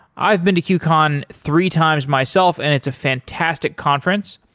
i've been to qcon three times myself and it's a fantastic conference.